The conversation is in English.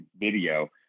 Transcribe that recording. video